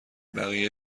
بقیه